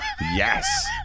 Yes